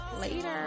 later